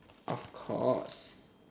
of course